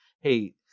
hey